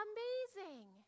Amazing